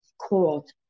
called